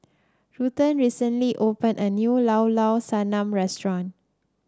Ruthann recently opened a new Llao Llao Sanum restaurant